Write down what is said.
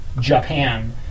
japan